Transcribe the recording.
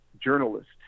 journalists